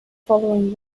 following